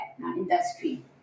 industry